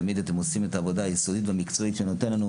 תמיד אתם עושים את העבודה היסודית והמקצועית שנותנת לנו,